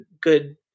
good